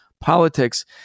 politics